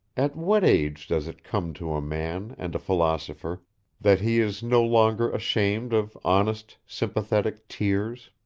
at what age does it come to a man and a philosopher that he is no longer ashamed of honest, sympathetic tears?